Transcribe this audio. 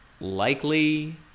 likely